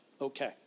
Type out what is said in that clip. okay